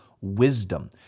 wisdom